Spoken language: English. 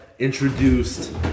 introduced